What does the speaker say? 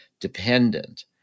dependent